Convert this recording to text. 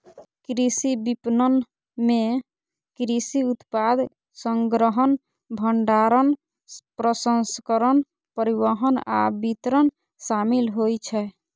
कृषि विपणन मे कृषि उत्पाद संग्रहण, भंडारण, प्रसंस्करण, परिवहन आ वितरण शामिल होइ छै